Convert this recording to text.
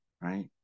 right